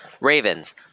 Ravens